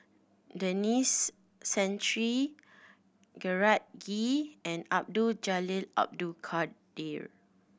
Denis Santry Gerard Ee and Abdul Jalil Abdul Kadir